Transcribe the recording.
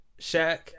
Shaq